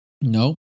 No